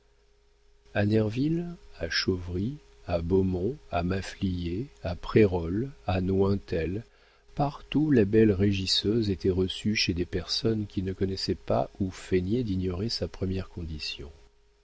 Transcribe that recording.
nerville à chauvry à beaumont à maffliers à prérolles à nointel partout la belle régisseuse était reçue chez des personnes qui ne connaissaient pas ou feignaient d'ignorer sa première condition